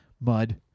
mud